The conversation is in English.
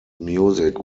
music